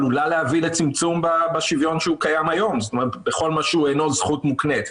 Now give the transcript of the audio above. להביא לצמצום בשוויון שקיים היום בכל מה שהוא אינו זכות מוקנית.